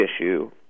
issue